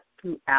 throughout